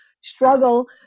struggle